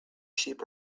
sheep